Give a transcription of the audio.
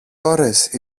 ώρες